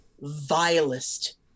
vilest